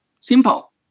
Simple